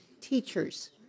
Teachers